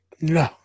No